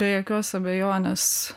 be jokios abejonės